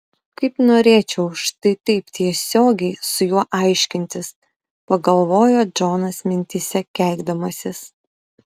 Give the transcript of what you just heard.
kaip norėčiau štai taip tiesiogiai su juo aiškintis pagalvojo džonas mintyse keikdamasis